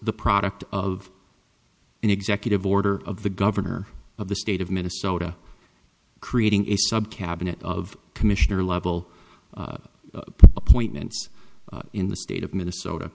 the product of an executive order of the governor of the state of minnesota creating a sub cabinet of commissioner level appointments in the state of minnesota